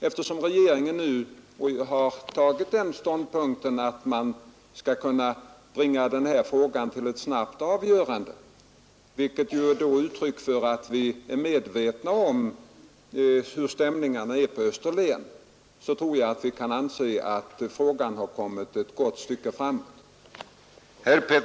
Eftersom regeringen intagit den ståndpunkten att man skall kunna bringa denna fråga till ett snabbt avgörande, vilket är uttryck för att vi är medvetna om hur stämningarna är i Österlen, tror jag att vi kan anse att frågan kommit ett gott stycke framåt.